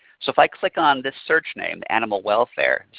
so if i click on this search name animal welfare,